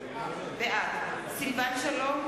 בעד סילבן שלום,